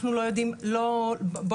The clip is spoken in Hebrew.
אני